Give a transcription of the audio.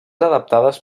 adaptades